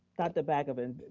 dr. balgobin,